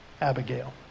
Abigail